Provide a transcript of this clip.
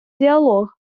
діалог